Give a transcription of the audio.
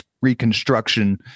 Reconstruction